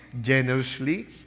generously